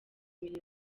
mirimo